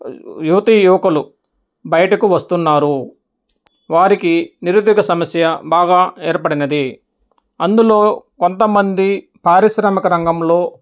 యువతీ యువకులు బయటకు వస్తున్నారు వారికి నిరుద్యోగ సమస్య బాగా ఏర్పడింది అందులో కొంతమంది పారిశ్రామక రంగంలో